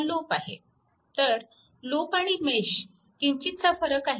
तर हा लूप आणि मेश किंचितसा फरक आहे